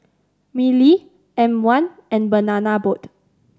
Mili M One and Banana Boat